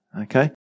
Okay